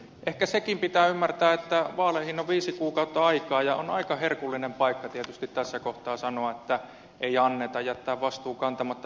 ehkä sekin pitää ymmärtää että vaaleihin on viisi kuukautta aikaa ja on aika herkullinen paikka tietysti tässä kohtaa sanoa että ei anneta jättää vastuu kantamatta